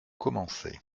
commencer